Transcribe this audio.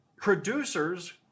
producers